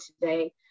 today